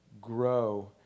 grow